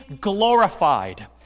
glorified